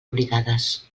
oblidades